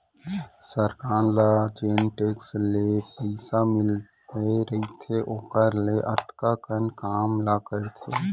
सरकार ल जेन टेक्स ले पइसा मिले रइथे ओकर ले अतका अकन काम ला करथे